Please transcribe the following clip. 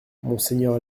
monseigneur